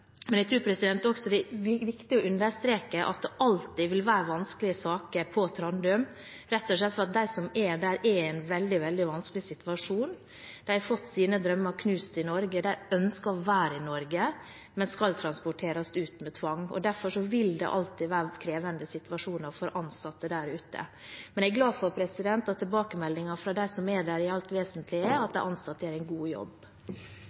Men jeg tror det er viktig å understreke at det alltid vil være vanskelige saker på Trandum, rett og slett fordi de som er der, er i en veldig vanskelig situasjon. De har fått sine drømmer knust i Norge. De ønsker å være i Norge, men skal transporteres ut med tvang. Derfor vil det alltid være krevende situasjoner for ansatte der ute. Men jeg er glad for at tilbakemeldingene fra dem som er der, i det alt vesentlige er at de ansatte gjør en god jobb.